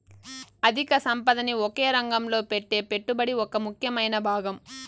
అధిక సంపదని ఒకే రంగంలో పెట్టే పెట్టుబడి ఒక ముఖ్యమైన భాగం